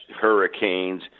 hurricanes